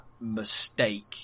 mistake